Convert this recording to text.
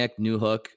Newhook